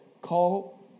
call